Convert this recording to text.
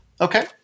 Okay